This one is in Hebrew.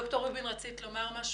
דוקטור רובין, רצית לומר משהו?